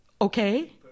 Okay